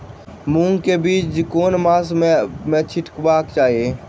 मूंग केँ बीज केँ मास आ मौसम मे छिटबाक चाहि?